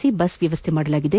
C bus ವ್ಯವಸ್ಥೆ ಮಾಡಲಾಗಿದೆ